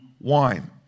wine